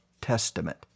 Testament